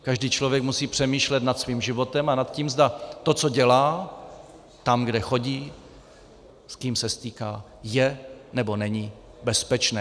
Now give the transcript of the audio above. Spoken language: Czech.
Každý člověk musí přemýšlet nad svým životem a nad tím, zda to, co dělá, tam, kde chodí, s kým se stýká, je nebo není bezpečné.